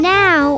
now